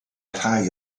rhai